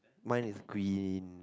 mine is green